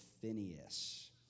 Phineas